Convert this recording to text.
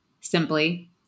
simply